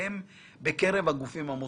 חסכונותיהם בקרב הגופים המוסדיים.